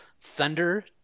thunder